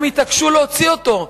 הם התעקשו להוציא אותו.